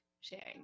sharing